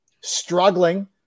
struggling